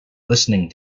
listening